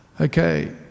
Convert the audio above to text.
Okay